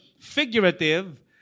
Figurative